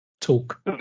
talk